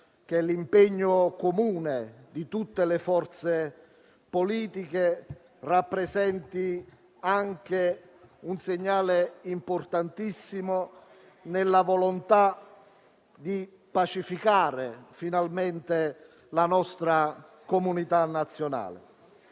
e l'impegno comune di tutte le forze politiche rappresentino un segnale importantissimo nella volontà di pacificare finalmente la nostra comunità nazionale.